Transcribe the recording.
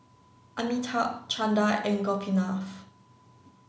Amitabh Chanda and Gopinath